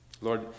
Lord